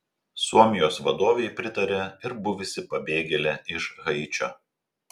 suomijos vadovei pritarė ir buvusi pabėgėlė iš haičio